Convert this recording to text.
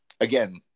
again